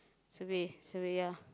survey survey ya